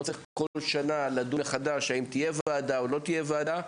לא צריך כל שנה מחדש לדון האם תהיה וועדה או לא תהיה וועדה.